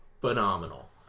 phenomenal